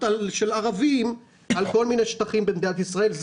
של ערבים על כל מיני שטחים במדינת ישראל.